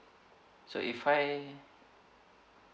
so if I